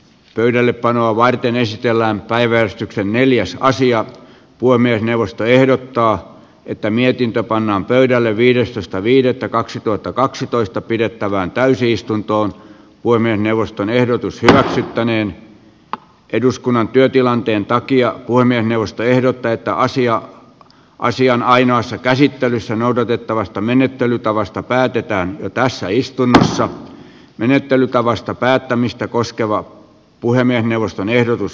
pöydällepanoa varten esitellään päiväystyksen neljässä asian puiminen neuvosto ehdottaa että mietintö pannaan pöydälle viidestoista viidettä kaksituhattakaksitoista pidettävään täysistuntoon voimme neuvoston ehdotus hyväksyttäneen eduskunnan työtilanteen takia puhemiesneuvosto ehdottaa että asian ainoassa käsittelyssä noudatettavasta menettelytavasta päätetään jo tässä istunnossa menettelytavasta päättämistä koskeva puhemiesneuvoston ehdotus